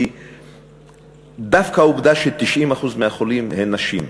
כי דווקא העובדה ש-90% מהחולים הם נשים,